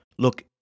Look